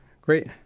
Great